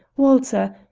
walter,